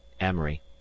Amory